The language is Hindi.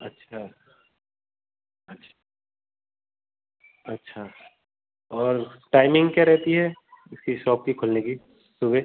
अच्छा अच्छा अच्छा और टाइमिंग क्या रहती है उसकी सॉप की खुलने की सुबह